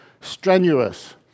strenuous